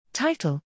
Title